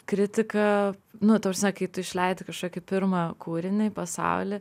kritika nu ta prasme kai tu išleidi kažkokį pirmą kūrinį į pasaulį